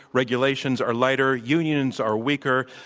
regulations are lighter, unions are weaker,